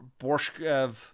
Borshev